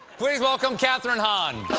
please welcome kathryn hahn!